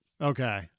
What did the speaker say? Okay